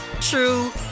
true